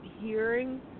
hearing